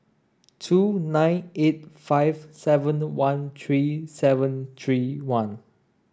two nine eight five seven one three seven three one